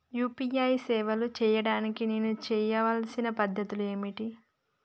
UPI సేవలు చేయడానికి నేను చేయవలసిన పద్ధతులు ఏమిటి?